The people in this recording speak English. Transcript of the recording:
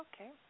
Okay